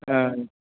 ಹಾಂ